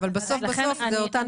אבל בסוף זו אותה נציבות.